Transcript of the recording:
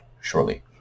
shortly